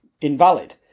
invalid